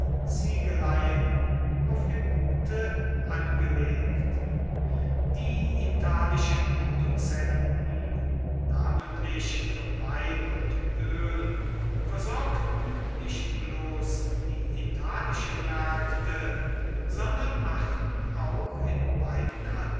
ziegeleien auf dem gute angelegt die italischen produzenten namentlich von wein und öl versorgten nicht bloß die italischen märkte sondern machten auch in beiden